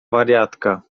wariatka